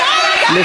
אוי, יאללה, די כבר.